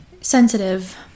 sensitive